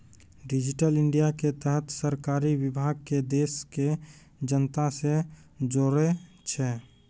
digital India के तहत सरकारी विभाग के देश के जनता से जोड़ै छै